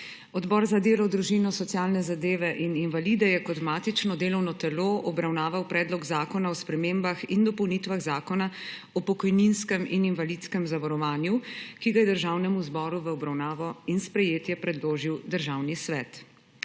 Odbor za delo, družino, socialne zadeve in invalide je kot matično delovno telo obravnaval Predlog zakona o spremembah in dopolnitvah Zakona o pokojninskem in invalidskem zavarovanju, ki ga je Državnemu zboru v obravnavo in sprejetje predložil Državni svet.